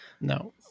No